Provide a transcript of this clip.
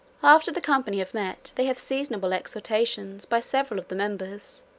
after the company have met they have seasonable exhortations by several of the members